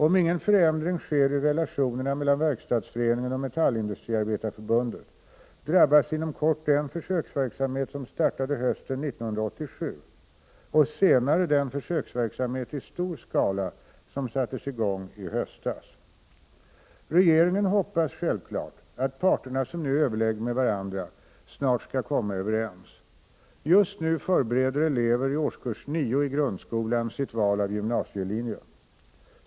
Om ingen förändring sker i relationerna mellan Verkstadsföreningen och Metallindustriarbetareförbundet, drabbas inom kort den försöksverksamhet som startade hösten 1987 och senare den försöksverksamhet i stor skala som sattes i gång i höstas. Regeringen hoppas självklart att parterna, som nu överlägger med varandra, snart skall komma överens. Just nu förbereder elever i årskurs 9 i grundskolan sitt val av gymnasielinje.